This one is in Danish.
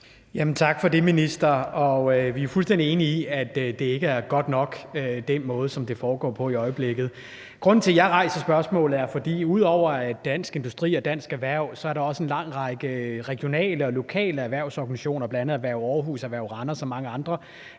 Tak for det, minister. Vi er jo fuldstændig enige om, at det på den måde, som det foregår i øjeblikket, ikke er godt nok. Grunden til, at jeg stiller spørgsmålet, er, at der ud over Dansk Industri og Dansk Erhverv også er en lang række regionale og lokale erhvervsorganisationer, bl.a. Erhverv Aarhus, Erhverv Randers og mange andre